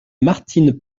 martine